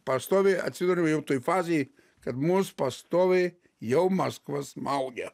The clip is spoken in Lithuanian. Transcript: pastoviai atsiduriam jau toj fazėj kad mus pastoviai jau maskva smaugia